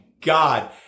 God